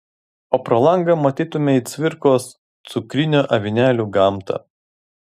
o pro langą matytumei cvirkos cukrinių avinėlių gamtą